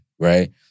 Right